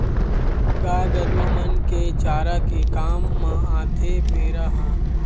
गाय गरुवा मन के चारा के काम म आथे पेरा ह